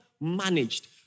managed